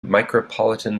micropolitan